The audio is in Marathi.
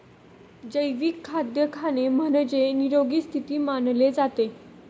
जैविक खाद्य खाणे म्हणजे, निरोगी स्थिती मानले जाते